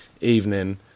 Evening